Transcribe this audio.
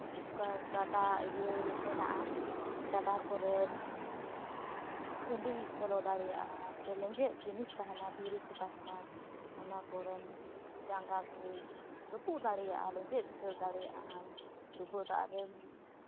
ᱚᱠᱟ ᱜᱟᱰᱟ ᱤᱭᱟᱹ ᱢᱮᱱᱟᱜᱼᱟ ᱜᱟᱰᱟ ᱠᱚᱨᱮ ᱠᱷᱟᱹᱞᱤᱭ ᱵᱚᱞᱚ ᱫᱟᱲᱮᱭᱟᱜᱼᱟ ᱥᱮ ᱞᱮᱸᱡᱮᱛ ᱡᱤᱱᱤᱥ ᱛᱟᱦᱮᱱᱟ ᱫᱷᱤᱨᱤ ᱠᱚ ᱛᱟᱦᱮᱱᱟ ᱚᱱᱟ ᱠᱚᱨᱮ ᱡᱟᱸᱜᱟ ᱠᱚ ᱨᱟᱹᱯᱩᱫ ᱫᱟᱲᱮᱭᱟᱜᱼᱟ ᱞᱮᱸᱡᱮᱛ ᱵᱷᱤᱫᱟᱹᱲ ᱫᱟᱲᱮᱭᱟᱜ ᱟᱢ ᱩᱵᱟᱹ ᱫᱟᱜ ᱨᱮᱢ